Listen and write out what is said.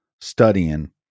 studying